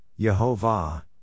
Yehovah